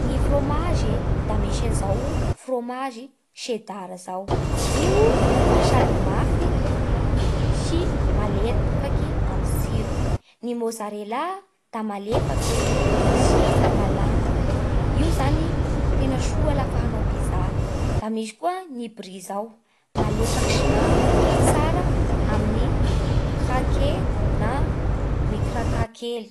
Ny frômazy e da misy an'izao frômazy sedara izao. Io da sady mafy sy malefaky amin'ny tsiro. Ny mozarella da malefaky e sy malama. Io zany tena soa lafa hanao pizza. Da misy koa ny brie zao: malefaky sy mamy, tsara amin'ny krake na mikraka kely.